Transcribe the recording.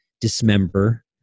Dismember